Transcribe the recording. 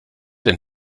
denn